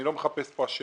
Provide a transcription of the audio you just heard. אני לא מחפש כאן אשמים.